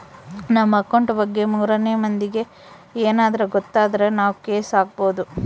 ನಮ್ ಅಕೌಂಟ್ ಬಗ್ಗೆ ಮೂರನೆ ಮಂದಿಗೆ ಯೆನದ್ರ ಗೊತ್ತಾದ್ರ ನಾವ್ ಕೇಸ್ ಹಾಕ್ಬೊದು